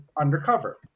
Undercover